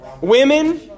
Women